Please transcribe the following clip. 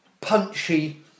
punchy